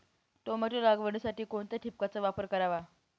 Tomato लागवडीसाठी कोणत्या ठिबकचा वापर करावा?